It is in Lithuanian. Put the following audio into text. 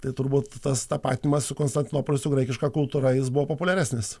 tai turbūt tas tapatinimas su konstantinopoliu su graikiška kultūra jis buvo populiaresnis